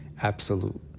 absolute